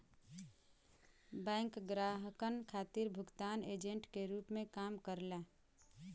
bank ग्राहकन खातिर भुगतान एजेंट के रूप में काम करला